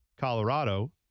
Colorado